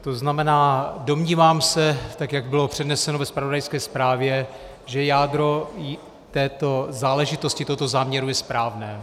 To znamená, domnívám se, tak jak bylo předneseno ve zpravodajské zprávě, že jádro této záležitosti, tohoto záměru, je správné.